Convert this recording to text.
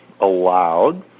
allowed